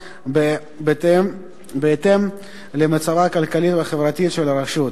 בהתאם למצבה הכלכלי והחברתי של הרשות,